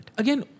again